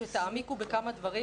שתעמיקו טיפה בכמה דברים,